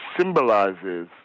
symbolizes